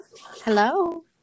hello